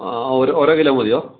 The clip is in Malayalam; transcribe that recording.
ആ ഓരോ ഓരോ കിലോ മതിയോ